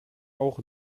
auch